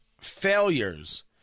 failures